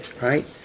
right